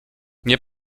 nie